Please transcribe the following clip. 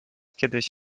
kiedyś